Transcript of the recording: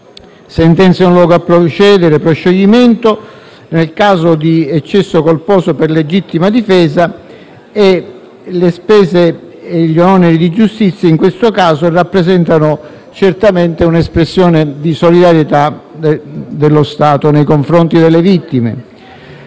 sentenza di non luogo a procedere, proscioglimento nel caso di eccesso colposo per legittima difesa. La liquidazione degli oneri di giustizia in questo caso rappresenta certamente un'espressione di solidarietà dello Stato nei confronti delle vittime.